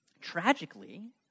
tragically